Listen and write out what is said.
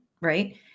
right